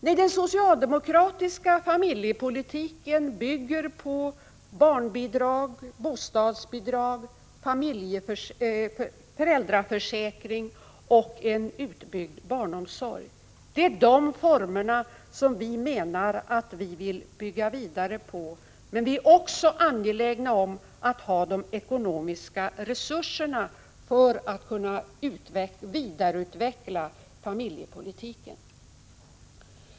Nej, den socialdemokratiska familjepolitiken bygger på barnbidrag, bostadsbidrag, föräldraförsäkring och en utbyggd barnomsorg. Det är de formerna som vi menar att vi vill bygga vidare på, men vi är också angelägna om att ha de ekonomiska resurserna för att kunna vidareutveckla familjepolitiken.